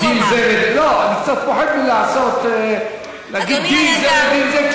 אני קצת פוחד מלהגיד דין זה ודין זה,